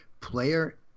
player